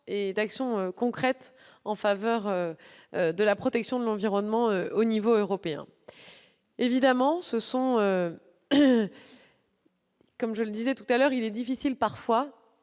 et des actions concrètes en faveur de la protection de l'environnement à l'échelon européen. Évidemment, comme je le disais tout à l'heure, il est parfois